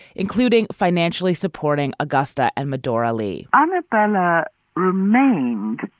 including financially supporting agusta and madory lee um anupama remained